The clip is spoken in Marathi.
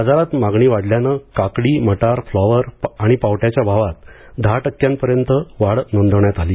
बाजारात मागणी वाढल्यानं काकडी मटार फ्लॉवर आणि पावट्याच्या भावात दहा टक्क्यांपर्यंत वाढ नोंदविण्यात आली